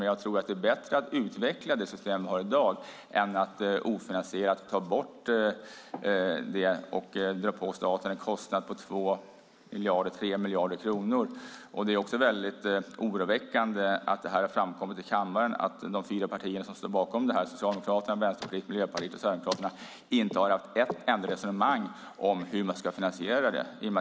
Men jag tror att det är bättre att utveckla det system vi har i dag än att ofinansierat ta bort det och dra på staten en kostnad på 2 miljarder eller 3 miljarder kronor. Det är också väldigt oroväckande att det har framkommit i kammaren att de fyra partier som står bakom det här, Socialdemokraterna, Vänsterpartiet, Miljöpartiet och Sverigedemokraterna, inte har haft ett enda resonemang om hur man ska finansiera det.